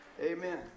Amen